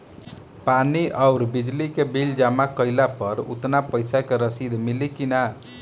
पानी आउरबिजली के बिल जमा कईला पर उतना पईसा के रसिद मिली की न?